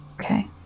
Okay